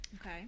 okay